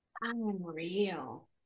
Unreal